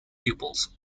pupils